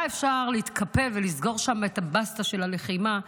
אפשר להתקפל ולסגור שם את הבסטה של הלחימה,